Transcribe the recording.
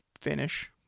finish